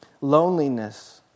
loneliness